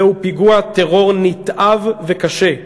זהו פיגוע טרור נתעב וקשה,